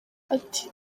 ati